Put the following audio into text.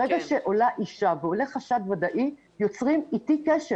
ברגע שעולה אישה ועולה חשד ודאי, יוצרים איתי קשר